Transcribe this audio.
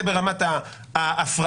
זה ברמת ההפרעה.